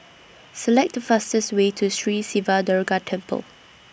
Select The fastest Way to Sri Siva Durga Temple